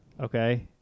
Okay